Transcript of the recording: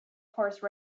horse